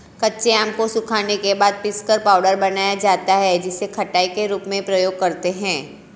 कच्चे आम को सुखाने के बाद पीसकर पाउडर बनाया जाता है जिसे खटाई के रूप में प्रयोग करते है